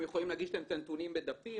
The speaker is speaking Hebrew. הם יכולים להגיש גם את הנתונים בדפים,